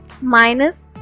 minus